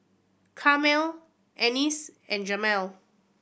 Carmel Anice and Jemal